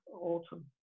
autumn